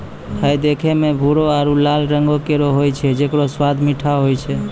हय देखै म भूरो आरु लाल रंगों केरो होय छै जेकरो स्वाद मीठो होय छै